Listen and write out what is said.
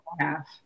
half